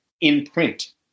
in-print